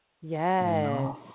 Yes